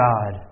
God